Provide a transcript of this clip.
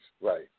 right